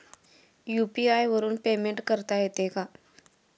UPI वरून payment करता येते का?